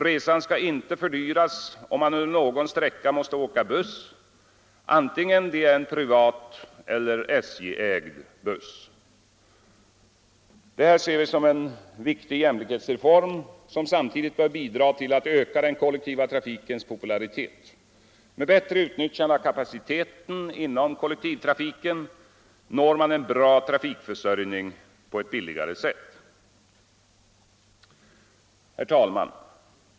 Resan skall inte fördyras om man under någon sträcka måste åka buss, vare sig det är en privat eller SJ-ägd sådan. Detta ser vi som en viktig jämlikhetsreform, som samtidigt bör bidra till att öka den kollektiva trafikens popularitet. Med bättre utnyttjande av kapaciteten inom kollektivtrafiken når man en bra trafikförsörjning på billigare sätt. Herr talman!